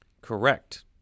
Correct